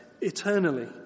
eternally